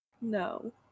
No